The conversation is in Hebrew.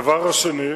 הדבר השני,